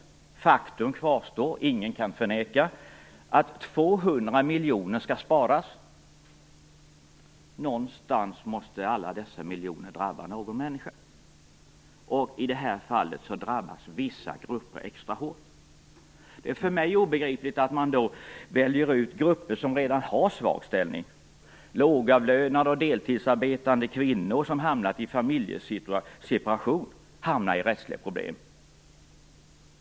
Faktum kvarstår - ingen kan förneka det - att 200 miljoner skall sparas. Denna besparing måste på något vis drabba någon människa. I det här fallet drabbas vissa grupper extra hårt. Det är för mig obegripligt att man väljer ut grupper som redan har en svag ställning: lågavlönade och deltidsarbetande kvinnor, som genom familjeseparationer hamnar i rättsliga problem.